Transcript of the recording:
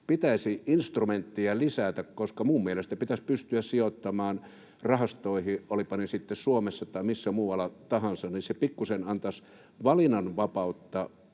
pitäisi instrumentteja lisätä — minun mielestä pitäisi pystyä sijoittamaan rahastoihin, olivatpa ne sitten Suomessa tai missä muualla tahansa, jolloin se pikkuisen antaisi valinnanvapautta